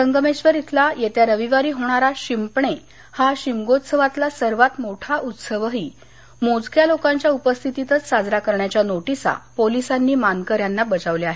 संगमेक्षर खेला येत्या रविवारी होणारा शिंपणे हा शिमगोत्सवातला सर्वात मोठा उत्सवही मोजक्या लोकांच्या उपस्थितीतच साजरा करण्याच्या नोटिसा पोलिसांनी मानकऱ्यांना बजावल्या आहेत